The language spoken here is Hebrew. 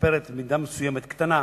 ומשפרת במידה מסוימת, קטנה,